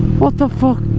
what the fuck?